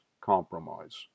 compromise